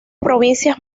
provincias